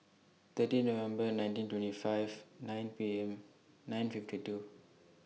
thirty November nineteen twenty five nine P M nine fifty two